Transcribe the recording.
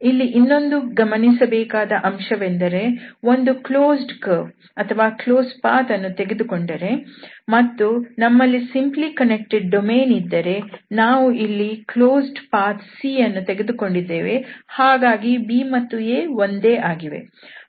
ಇಲ್ಲಿ ಇನ್ನೊಂದು ಗಮನಿಸಬೇಕಾದ ಅಂಶವೆಂದರೆ ಒಂದು ಕ್ಲೋಸ್ಡ್ ಕರ್ವ್closed curve or closed path ಅನ್ನು ತೆಗೆದುಕೊಂಡರೆ ಮತ್ತು ನಮ್ಮಲ್ಲಿ ಸಿಂಪ್ಲಿ ಯ ಕನ್ನೆಕ್ಟೆಡ್ ಡೊಮೇನ್ ಇದ್ದರೆ ಇಲ್ಲಿ ನಾವು ಒಂದು ಕ್ಲೋಸ್ಡ್ ಪಾತ್ C ಅನ್ನು ತೆಗೆದುಕೊಂಡಿದ್ದೇವೆ ಹಾಗಾಗಿ b ಮತ್ತು a ಒಂದೇ ಆಗಿವೆ